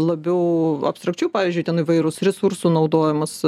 labiau abstrakčių pavyzdžiui ten įvairus resursų naudojimas